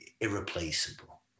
irreplaceable